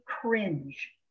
cringe